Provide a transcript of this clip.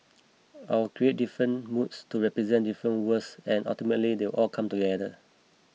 I'll create different moods to represent different worlds and ultimately they will all come together